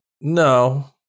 no